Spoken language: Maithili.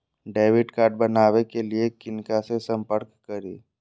डैबिट कार्ड बनावे के लिए किनका से संपर्क करी?